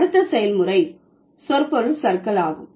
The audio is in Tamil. அடுத்த செயல்முறை சொற்பொருள் சறுக்கல் ஆகும்